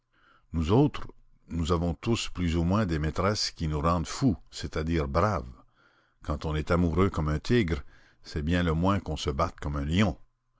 nous autres nous avons tous plus ou moins des maîtresses qui nous rendent fous c'est-à-dire braves quand on est amoureux comme un tigre c'est bien le moins qu'on se batte comme un lion